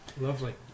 Lovely